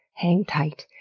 hang tight,